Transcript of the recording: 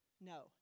no